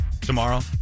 tomorrow